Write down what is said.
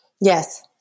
yes